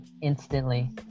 instantly